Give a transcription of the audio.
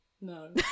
No